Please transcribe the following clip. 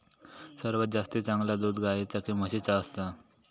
सर्वात जास्ती चांगला दूध गाईचा की म्हशीचा असता?